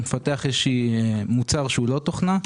מפתח איזושהי מוצר שהוא לא תוכנה,